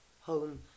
home